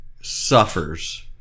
suffers